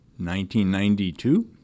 1992